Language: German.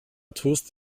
tust